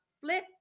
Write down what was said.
flip